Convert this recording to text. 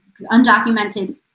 undocumented